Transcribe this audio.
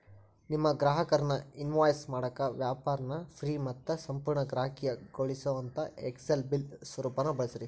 ನಿಮ್ಮ ಗ್ರಾಹಕರ್ನ ಇನ್ವಾಯ್ಸ್ ಮಾಡಾಕ ವ್ಯಾಪಾರ್ನ ಫ್ರೇ ಮತ್ತು ಸಂಪೂರ್ಣ ಗ್ರಾಹಕೇಯಗೊಳಿಸೊಅಂತಾ ಎಕ್ಸೆಲ್ ಬಿಲ್ ಸ್ವರೂಪಾನ ಬಳಸ್ರಿ